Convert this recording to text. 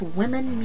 women